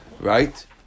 right